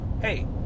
hey